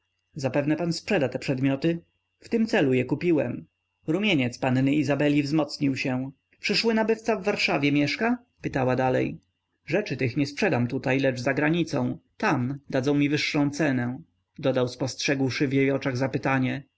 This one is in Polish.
zapewne pan sprzeda te przedmioty w tym celu je kupiłem rumieniec panny izabeli wzmocnił się przyszły nabywca w warszawie mieszka pytała dalej rzeczy tych nie sprzedam tutaj lecz za granicą tam dadzą mi wyższą cenę dodał spostrzegłszy w jej oczach zapytanie